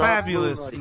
Fabulous